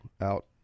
out